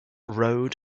road